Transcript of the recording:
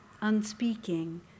unspeaking